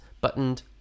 buttoned